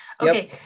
Okay